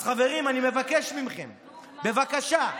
אז חברים, אני מבקש מכם, בבקשה,